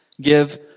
Give